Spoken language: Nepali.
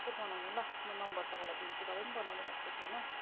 यस्तै बनाउनु ल म नम्बर तपाईँलाई दिन्छु तपाईँ पनि बनाउने भन्दैथियो होइन